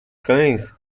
cães